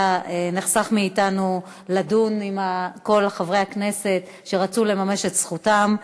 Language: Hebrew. היה נחסך מאתנו הדיון עם כל חברי הכנסת שרצו לממש את זכותם.